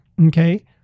okay